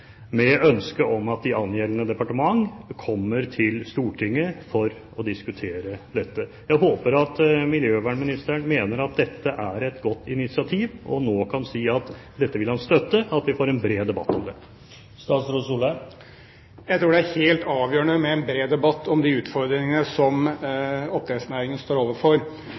med ønske om at de angjeldende departement kommer til Stortinget for å diskutere dette. Jeg håper at miljøvernministeren mener at dette er et godt initiativ, og nå kan si at dette vil han støtte, at vi får en bred debatt om det. Jeg tror det er helt avgjørende med en bred debatt om de utfordringene som oppdrettsnæringen står overfor.